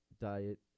diet